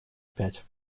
пять